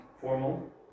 formal